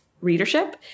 readership